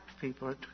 people